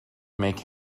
make